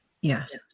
Yes